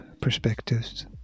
perspectives